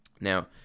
Now